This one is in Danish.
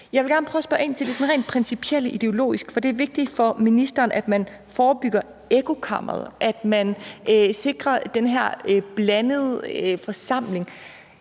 Jeg vil gerne prøve at spørge ind til det rent principielle ideologiske. Det er vigtigt for ministeren, at man forebygger ekkokammeret, og at man sikrer den her blandede forsamling.